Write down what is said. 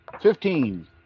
Fifteen